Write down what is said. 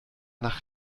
nach